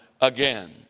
again